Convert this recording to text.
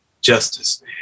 justice